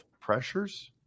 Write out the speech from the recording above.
pressures